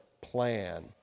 plan